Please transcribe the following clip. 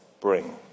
bring